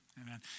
Amen